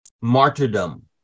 martyrdom